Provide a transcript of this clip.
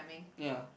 ya